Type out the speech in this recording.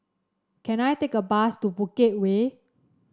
can I take a bus to Bukit Way